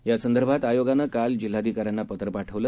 यासंदर्भात आयोगानं काल जिल्हाधिकाऱ्यांना पत्र पाठवलं